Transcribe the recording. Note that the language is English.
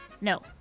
No